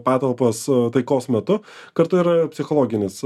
patalpas taikos metu kartu yra psichologinis